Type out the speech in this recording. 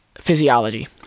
Physiology